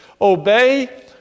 Obey